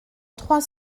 trois